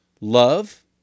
Love